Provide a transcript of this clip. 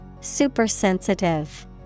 Supersensitive